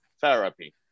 therapy